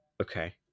Okay